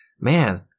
man